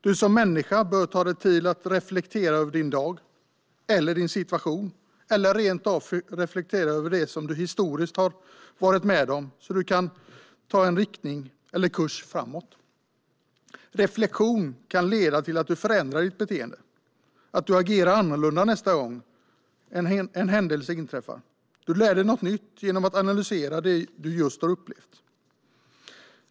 Du som människa bör ta dig tid att reflektera över din dag eller din situation eller rent av över det som du historiskt har varit med om så att du kan ta en riktning eller en kurs framåt. Reflektion kan leda till att du förändrar ditt beteende: att du agerar annorlunda nästa gång en händelse inträffar. Du lär dig något nytt genom att analysera det du just har upplevt.